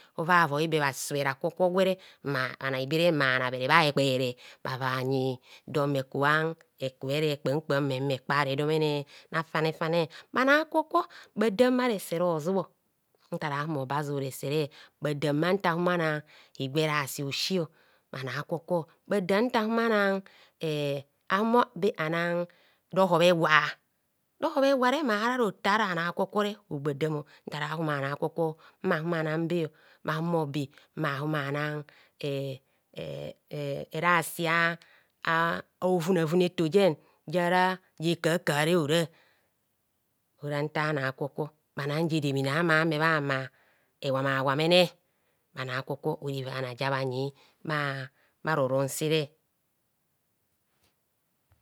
Ovavoibe bha subhere akwo gwere mma bhanaibere mmanabhere bha hekpere avanyi dor mme kuhan eke re kpam kpam mme kpare domene rafane fane bhanai akwo kwo bhadam bhare sere hozubh ntara humi be mma zub resere bhadama nta humo be anang higwa eresi osi bhanai akwo kwo bhadam nta huma ana eh ahumo be ana rohob ewa rohob ewa mahararota ara bhanai akwokwore hogbadan ntara humo bhanai akwokwo mma humo ana beh bha humo be mma humanan eee erasia a a'ovunavune eto jen jara je kahakoha rehora ora nta bhanai akwo kwi onang je edemene bhama ewamawamene bhanai akwokwo ora evana ja bhanyi bha bharoron sere.